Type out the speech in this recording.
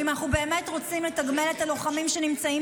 ואם אנחנו באמת רוצים לתגמל את הלוחמים שנמצאים